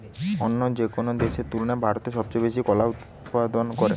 অন্য যেকোনো দেশের তুলনায় ভারত সবচেয়ে বেশি কলা উৎপাদন করে